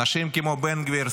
אנשים כמו בן גביר,